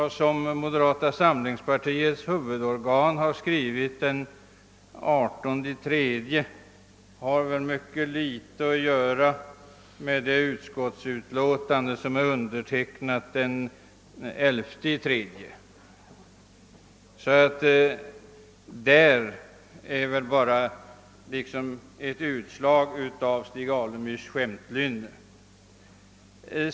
Det som moderata samlingspartiets huvudorgan har skrivit den 18 mars har självfallet inte kunnat påverka mitt ställningstagande till det utskottsutlåtande som är undertecknat den 11 mars. Det där är väl bara ett utslag av Stig Alemyrs skämtlynne.